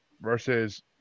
versus